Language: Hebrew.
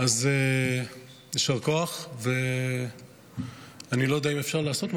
אז יישר כוח, ואני לא יודע אם אפשר לעשות משהו,